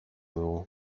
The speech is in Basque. dugu